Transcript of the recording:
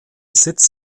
sitz